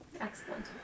Excellent